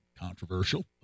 Controversial